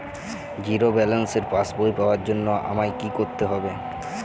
Zero ব্যালেন্সের পাসবই পাওয়ার জন্য আমায় কী করতে হবে?